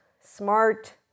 smart